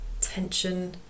tension